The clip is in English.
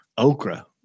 Okra